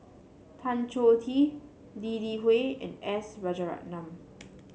Tan Choh Tee Lee Li Hui and S Rajaratnam